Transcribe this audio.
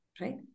right